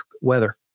weather